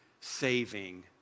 saving